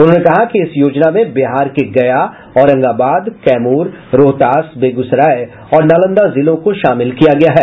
उन्होंने कहा कि इस योजना में बिहार के गया औरंगाबाद कैमूर रोहतास बेगूसराय और नालंदा जिलों को शामिल किया गया है